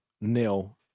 nil